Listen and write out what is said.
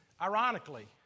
Ironically